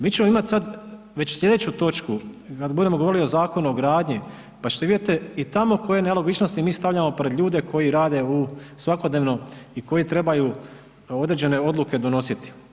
Mi ćemo imati sad već slijedeću točku kad budemo govorili o Zakonu o gradnji pa ćete vidjeti i tamo koje nelogičnosti mi stavljamo pred ljude koji rade u svakodnevno i koji trebaju određene odluke donositi.